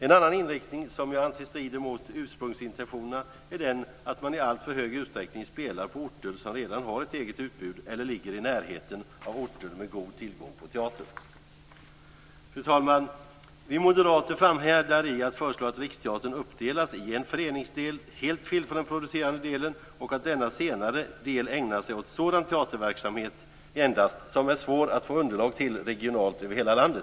En annan inriktning som jag anser strider mot ursprungsintentionerna är att man i alltför stor utsträckning spelar på orter som redan har ett eget utbud eller ligger i närheten av orter med god tillgång till teater. Fru talman! Vi moderater framhärdar i att föreslå att Riksteatern uppdelas med en föreningsdel helt skild från den producerande delen och att denna senare del endast ägnar sig åt sådan teaterverksamhet som det är svårt att underlag till regionalt över hela landet.